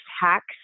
hacks